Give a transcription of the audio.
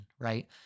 right